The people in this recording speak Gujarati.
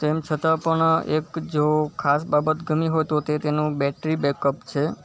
તેમ છતાં પણ એક જો ખાસ બાબત ગમી હોય તો તેનો બૅટરી બૅકઅપ છે